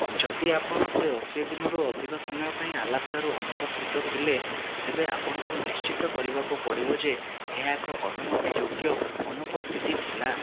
ଯଦି ଆପଣ ଶହେ ଅଶି ଦିନରୁ ଅଧିକ ସମୟ ପାଇଁ ଆଲାସ୍କାରୁ ଅନୁପସ୍ଥିତ ଥିଲେ ତେବେ ଆପଣଙ୍କୁ ନିଶ୍ଚିତ କରିବାକୁ ପଡିବ ଯେ ଏହା ଏକ ଅନୁମତିଯୋଗ୍ୟ ଅନୁପସ୍ଥିତି ଥିଲା